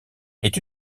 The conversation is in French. est